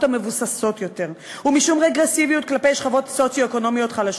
המבוססות יותר ומשום רגרסיביות כלפי שכבות סוציו-אקונומיות חלשות.